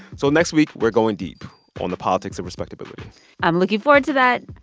so next week, we're going deep on the politics of respectability i'm looking forward to that.